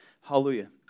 Hallelujah